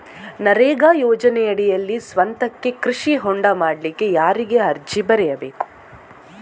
ನರೇಗಾ ಯೋಜನೆಯಡಿಯಲ್ಲಿ ಸ್ವಂತಕ್ಕೆ ಕೃಷಿ ಹೊಂಡ ಮಾಡ್ಲಿಕ್ಕೆ ಯಾರಿಗೆ ಅರ್ಜಿ ಬರಿಬೇಕು?